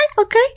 okay